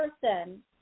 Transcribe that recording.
person